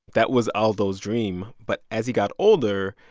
that was alldo's dream. but as he got older,